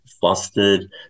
flustered